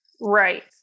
Right